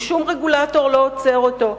ושום רגולטור לא עוצר אותו.